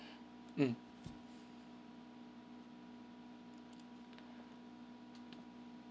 mm